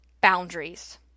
boundaries